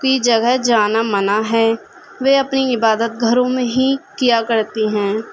کی جگہ جانا منع ہے وہ اپنی عبادت گھروں میں ہی کیا کرتی ہیں